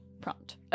Prompt